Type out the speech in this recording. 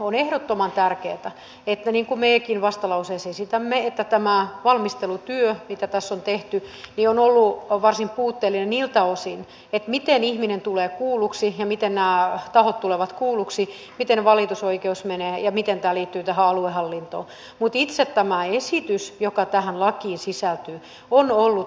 on ehdottoman tärkeää nähdä niin kuin mekin vastalauseessa esitämme että tämä valmistelutyö mitä tässä on tehty on ollut varsin puutteellista niiltä osin miten ihminen tulee kuulluksi ja miten nämä tahot tulevat kuulluksi miten valitusoikeus menee ja miten tämä liittyy aluehallintoon mutta itse tämä esitys joka tähän lakiin sisältyy on ollut kannatettava